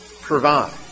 provide